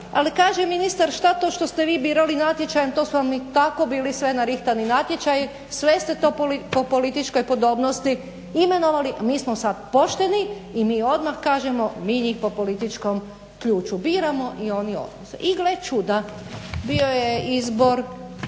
Ali kaže ministar šta to što ste vi birali natječajem to su vam i tako bili sve narihtani natječaji, sve ste to po političkoj podobnosti imenovali, a mi smo sad pošteni i mi odmah kažemo mi njih po političkom ključu biramo i oni odlaze. I gle čuda. Bio je izbor